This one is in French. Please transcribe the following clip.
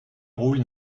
roule